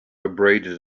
abraded